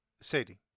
Sadie